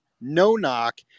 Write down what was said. no-knock